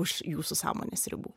už jūsų sąmonės ribų